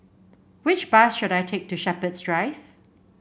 which bus should I take to Shepherds Drive